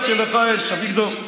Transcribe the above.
יכול להיות שלך יש, אביגדור.